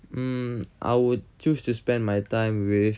mm I would choose to spend my time with